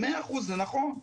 זה נכון.